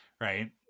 right